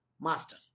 master